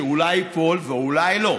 שאולי ייפול ואולי לא,